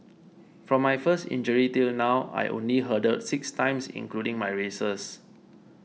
from my first injury till now I only hurdled six times including my races